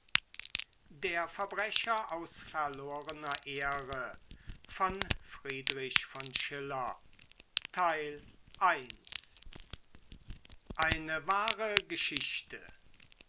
der verbrecher aus verlorener ehre eine wahre geschichte